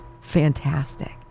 fantastic